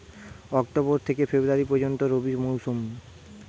October থেকে February পর্যন্ত রবি মৌসুম